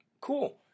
Cool